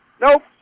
Nope